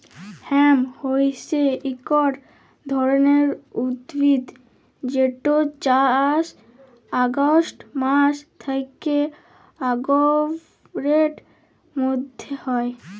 hemp হইসে একট ধরণের উদ্ভিদ যেটর চাস অগাস্ট মাস থ্যাকে অক্টোবরের মধ্য হয়